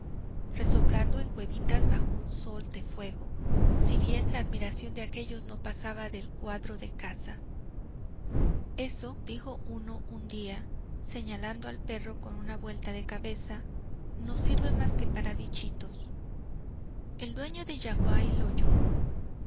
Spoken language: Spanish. resoplando en cuevitas bajo un sol de fuego si bien la admiración de aquellos no pasaba del cuadro de caza eso dijo uno un día señalando al perro con una vuelta de cabeza no sirve más que para bichitos el dueño de yaguaí lo oyó